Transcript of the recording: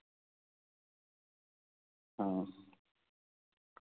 اور